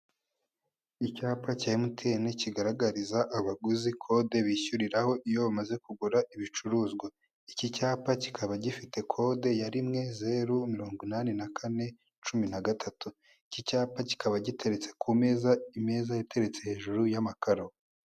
Icyapa cya emutiyene kigaragariza abaguzi kode bishyuriraho iyo bamaze kugura ibicuruzwa, iki cyapa kikaba gifite kode ya rimwe zeru mirongo inani na kane cumi na gatatu, iki cyapa kikaba giteretse ku meza, imeza yateretse hejuru y'amakaro.